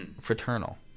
Fraternal